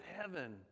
heaven